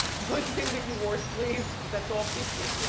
good thing that you wore sleeves, cause that's all people.